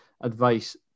advice